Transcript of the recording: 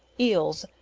eels,